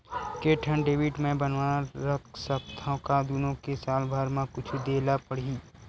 के ठन डेबिट मैं बनवा रख सकथव? का दुनो के साल भर मा कुछ दे ला पड़ही?